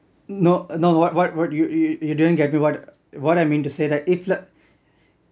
no no what what what you you you didn't get me what I mean to say that if